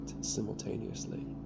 simultaneously